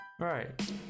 Right